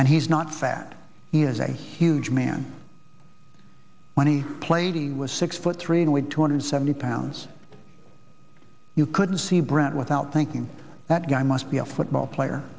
and he's not fat he is a huge man when he played in was six foot three and weighed two hundred seventy pounds you couldn't see brant without thinking that guy must be a football player